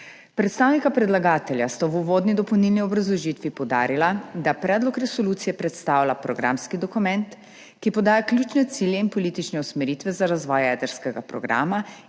Predstavnika predlagatelja sta v uvodni dopolnilni obrazložitvi poudarila, da predlog resolucije predstavlja programski dokument, ki podaja ključne cilje in politične usmeritve za razvoj jedrskega programa